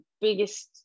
biggest